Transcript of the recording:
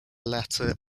latter